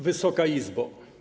Wysoka Izbo!